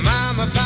Mama